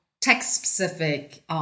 tech-specific